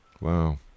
Wow